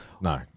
No